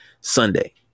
Sunday